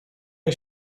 jej